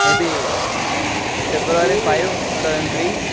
may be February five two thousand three